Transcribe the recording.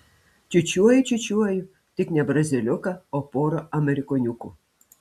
čiūčiuoju čiūčiuoju tik ne braziliuką o porą amerikoniukų